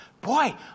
boy